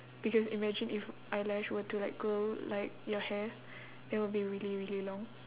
because imagine if eyelash were to like grow like your hair it will be really really long